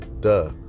duh